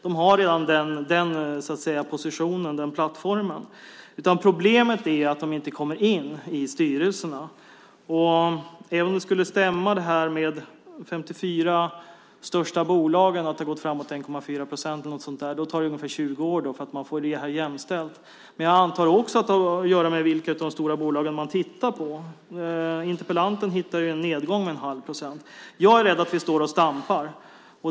De har redan den positionen, den plattformen. Problemet är att de inte kommer in i styrelserna. Även om det skulle stämma att det har gått framåt 1,4 procent eller någonting sådant i de 54 största bolagen så tar det ungefär 20 år innan man får det här jämställt. Men jag antar också att det har att göra med vilka av de stora bolagen man tittar på. Interpellanten hittade ju en nedgång på 1⁄2 procent. Jag är rädd att vi står och stampar.